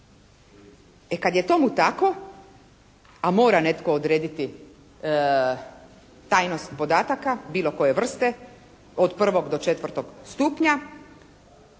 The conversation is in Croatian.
E kad je tome tako a mora netko odrediti tajnost podataka bilo koje vrste od 1. do 4. stupnja